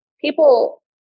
people